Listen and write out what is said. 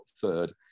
third